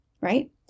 right